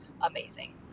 amazing